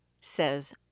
says